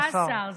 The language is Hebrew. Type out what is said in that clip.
ה-שר,